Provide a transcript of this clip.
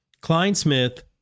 Klein-Smith